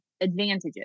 advantages